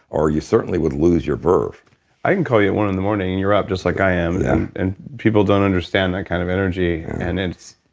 or you certainly would lose your verve i can call you at one in the morning and you're up just like i am and people don't understand that kind of energy. and and